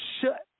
shut